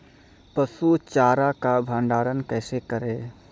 पसु चारा का भंडारण कैसे करें?